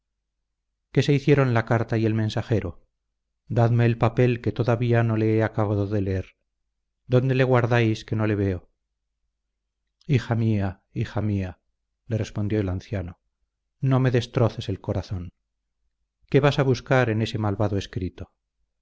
qué se hicieron la carta y el mensajero dadme el papel que todavía no le he acabado de leer dónde le guardáis que no le veo hija mía hija mía le respondió el anciano no me destroces el corazón qué vas a buscar en ese malvado escrito